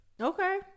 Okay